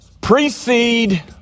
precede